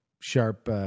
sharp